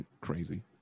crazy